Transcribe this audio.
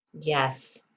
Yes